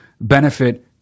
benefit